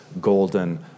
golden